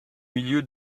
milieu